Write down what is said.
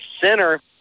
Center